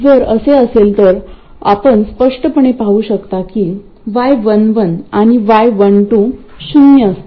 जर असे असेल तर आपण स्पष्टपणे पाहू शकता की y11 आणि y12 शून्य असतील